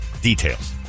details